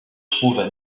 trouvent